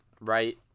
right